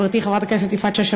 ברכות לחברתי חברת הכנסת יפעת שאשא